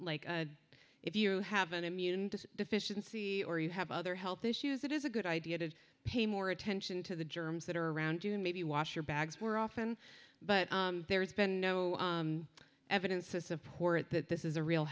like if you have an immune to deficiency or you have other health issues it is a good idea to pay more attention to the germs that are around you and maybe wash your bags were often but there's been no evidence to support that this is a real